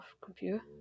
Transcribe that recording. computer